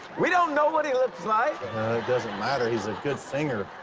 we don't know what he looks like. it doesn't matter. he's a good singer.